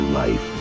life